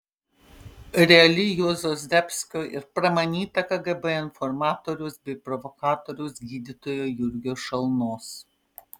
reali juozo zdebskio ir pramanyta kgb informatoriaus bei provokatoriaus gydytojo jurgio šalnos